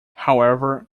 however